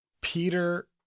Peter